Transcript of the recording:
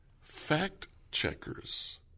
Fact-checkers